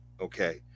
Okay